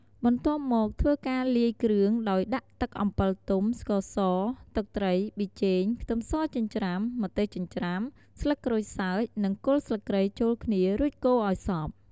បន្ទាប់មកធ្វើការលាយគ្រឿងដោយដាក់ទឹកអំពិលទុំ ស្ករស ទឹកត្រី ប៊ីចេង ខ្ទឹមសចិញ្ច្រាំ ម្ទេសចិញ្ច្រាំ ស្លឹកក្រូចសើច និងគល់ស្លឹកគ្រៃចូលគ្នា រួចកូរឱ្យសព្វ។